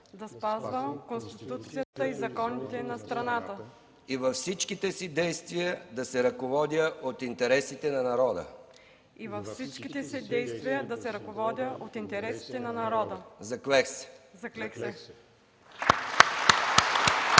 да спазвам Конституцията и законите на страната и във всичките си действия да се ръководя от интересите на народа. Заклех се!”